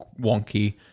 wonky